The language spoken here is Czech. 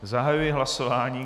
Zahajuji hlasování.